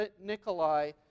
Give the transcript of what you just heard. Nikolai